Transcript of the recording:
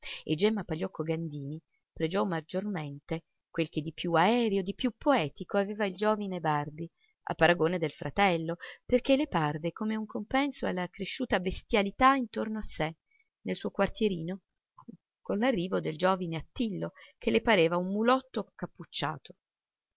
e gemma pagliocco gandini pregiò maggiormente quel che di più aereo di più poetico aveva il giovine barbi a paragone del fratello perché le parve come un compenso alla cresciuta bestialità intorno a sé nel suo quartierino con l'arrivo del giovine attillo che le pareva un mulotto